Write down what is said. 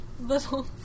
little